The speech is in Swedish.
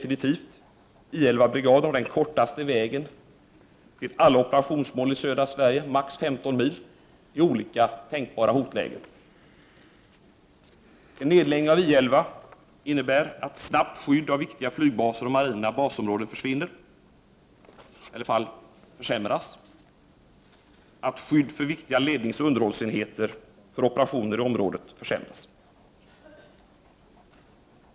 I 11-brigaden har den kortaste vägen till alla operationsmål i södra Sverige — max 15 mil — i olika tänkbara hotlägen. En nedläggning av I 11 innebär att snabbt skydd av viktiga flygbaser och marina basområden försvinner eller i varje fall försämras och att skydd för viktiga ledningsoch underhållsenheter för operationer i området försämras.